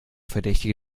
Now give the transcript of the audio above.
verdächtige